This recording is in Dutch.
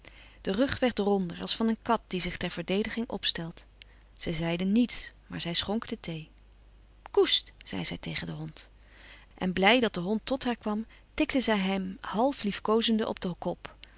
de rug werd ronder als van een kat die zich ter verdediging opstelt zij zeide niets maar zij schonk de thee koest zei zij tegen den hond en blij dat de hond tot hàar kwam tikte zij hem half liefkoozende op den kop